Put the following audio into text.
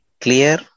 clear